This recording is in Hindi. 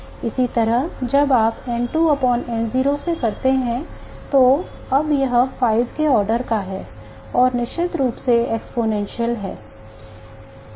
इसी तरह जब आप N2N0 से करते हैं तो यह अब 5 के order का है और निश्चित रूप से एक exponential है